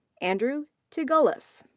andrew tigulis.